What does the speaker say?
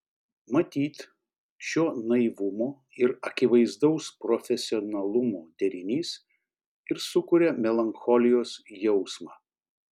matyt šio naivumo ir akivaizdaus profesionalumo derinys ir sukuria melancholijos jausmą